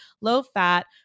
low-fat